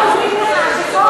אנחנו באמת מודים לך.